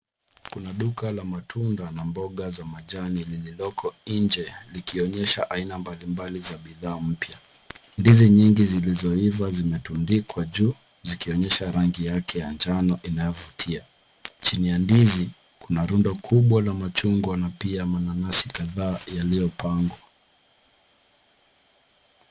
Kuna duka la matunda na mboga za majani, lililoko inje likionyesha aina mbalimbali za bidhaa mpya. Ndizi nyingi zilizoiva zimetundikwa juu, zikionyesha rangi yake ya njano inayovutia. Chini ya ndizi , kuna rundo kubwa la machugwa na pia mananasi kadhaa yaliyopangwa.